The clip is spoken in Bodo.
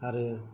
आरो